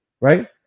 right